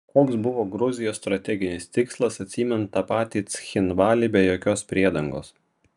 koks buvo gruzijos strateginis tikslas atsiimant tą patį cchinvalį be jokios priedangos